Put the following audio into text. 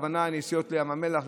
הכוונה לנסיעות לים המלח,